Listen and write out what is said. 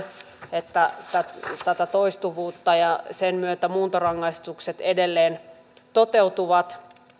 että jos on tätä toistuvuutta sen myötä muuntorangaistukset edelleen toteutuvat